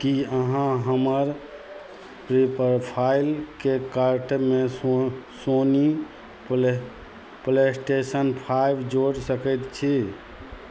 कि अहाँ हमर प्रीप्रोफाइलके कार्टमे सो Sony play PlayStation five जोड़ि सकै छी